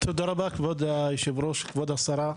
תודה רבה, כבוד יושב הראש, כבוד השרה.